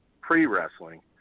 pre-wrestling